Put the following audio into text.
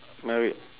married